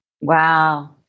Wow